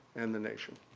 and the nation.